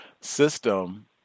system